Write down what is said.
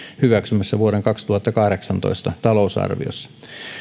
hyväksymässä vuoden kaksituhattakahdeksantoista talousarviossa